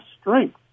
strength